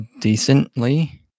decently